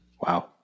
Wow